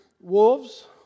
wolves